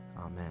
Amen